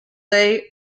they